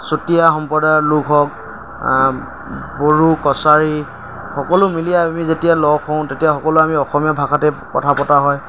চুতীয়া সম্প্ৰদায়ৰ লোক হওক বড়ো কছাৰী সকলো মিলি আমি যেতিয়া লগ হও তেতিয়া সকলো আমি অসমীয়া ভাষাতেই কথা পতা হয়